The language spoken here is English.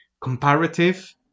Comparative